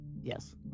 Yes